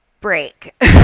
break